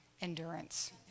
endurance